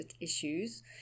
issues